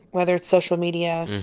whether it's social media,